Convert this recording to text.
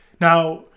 Now